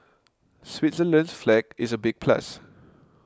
Switzerland's flag is a big plus